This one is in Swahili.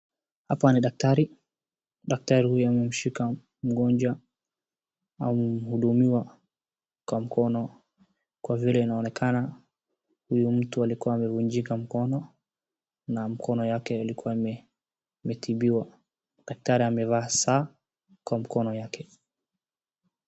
Hapa ni daktari, daktari huyu ameshika mgonjwa anayehudumiwa kwa mkono kwa vile anaonekana ni mtu alikuwa amevunjika mkono na mkono wake ulikuwa umetibiwa daktari amevaa saa kwa mkono yake.